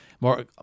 more